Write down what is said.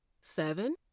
Seven